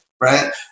right